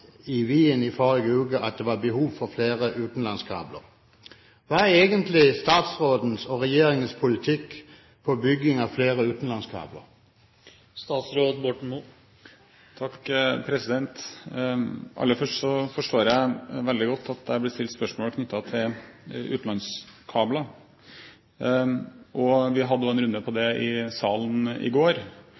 i Wien i forrige uke at det var behov for flere utenlandskabler. Hva er egentlig statsråden og regjeringens politikk når det gjelder bygging av flere utenlandskabler? Aller først: Jeg forstår veldig godt at jeg blir stilt spørsmål knyttet til utenlandskabler, og vi hadde også en runde på det i salen i går.